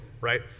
right